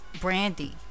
brandy